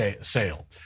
sale